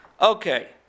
Okay